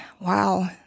wow